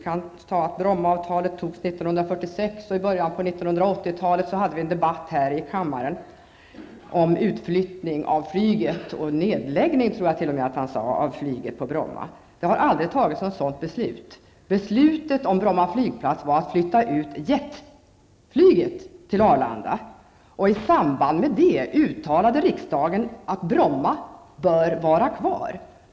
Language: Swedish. Han sade att Brommaavtalet slöts 1946 och att vi på 1980-talet hade en debatt här i kammaren om utflyttning av flyget från Bromma, jag tror t.o.m. att han talade om nedläggning. Det har aldrig fattats något sådant beslut. Det man beslutade om Bromma flygplats var att flytta jetflyget till Arlanda. I samband med detta uttalade riksdagen att Bromma bör vara kvar.